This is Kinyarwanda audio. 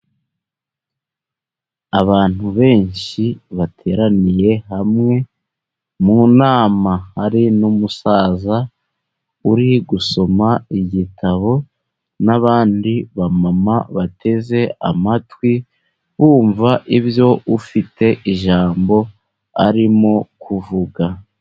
Abantu benshi bateraniye hamwe mu nama, hari n'umusaza uri gusoma igitabo n'abandi ba mama, bateze amatwi bumva ibyo ufite ijambo arimo kuvuga.